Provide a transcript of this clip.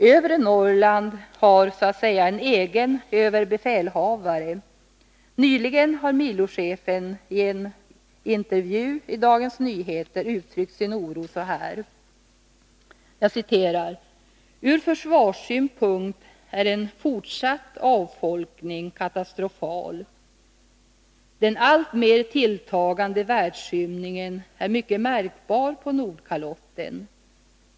Övre Norrland har så att säga en egen överbefälhavare. Nyligen har milochefen i en intervju i Dagens Nyheter uttryckt sin oro så här: Ur försvarssynpunkt är en fortsatt avfolkning katastrofal. Den alltmer tilltagande världsskymningen är mycket märkbar på Nordkalotten.